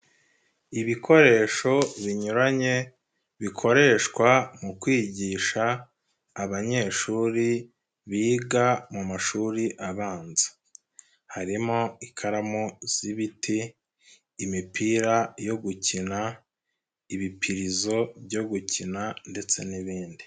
Ibikoresho binyuranye bikoreshwa mu kwigisha abanyeshuri biga mu mashuri abanza. Harimo ikaramu z'ibiti, imipira yo gukina, ibipirizo byo gukina ndetse n'ibindi.